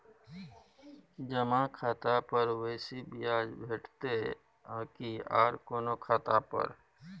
जमा खाता पर बेसी ब्याज भेटितै आकि आर कोनो खाता पर?